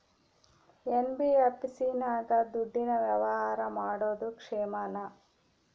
NBFC ನಾಗ ದುಡ್ಡಿನ ವ್ಯವಹಾರ ಮಾಡೋದು ಕ್ಷೇಮಾನ?